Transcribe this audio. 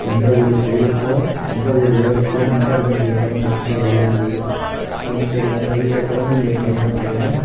எந்த ஒரு செயலுக்கும் எந்த ஒரு வேலைக்கும் மின்சாரத்தினுடைய பயன்பாடு தேவையாக இருக்குது அது மட்டும் இல்லாமல் வீட்டில் கொழந்தைங்க இருந்தாங்க அப்படின்னா